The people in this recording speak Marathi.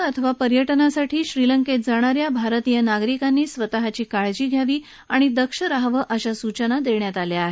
कामानिमित्त अथवा पर्यटनासाठी श्रीलंकेत जाणाऱ्या भारतीय नागरिकांनी स्वतःची काळजी घ्यावी आणि दक्ष रहावं अशा सूचना देण्यात आल्या आहेत